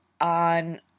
on